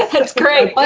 ah that's great.